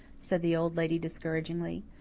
said the old lady discouragingly.